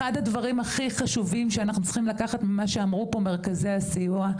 אחד הדברים הכי חשובים שאנחנו צריכים לקחת ממה שאמרו פה מרכזי הסיוע,